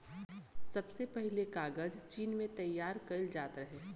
सबसे पहिले कागज चीन में तइयार कइल जात रहे